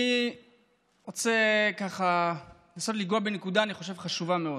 אני רוצה ככה לנסות לגעת בנקודה חשובה מאוד,